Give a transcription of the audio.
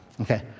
Okay